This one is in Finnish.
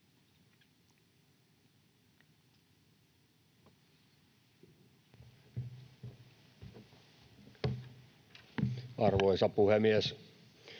Arvoisa puhemies!